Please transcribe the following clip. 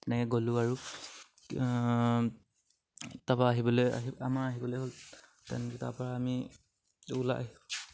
তেনেকে গ'লোঁ আৰু তাৰপা আহিবলে আহি আমাৰ আহিবলে হ'ল তেনেকে তাৰপা আমি ওলাই